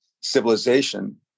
civilization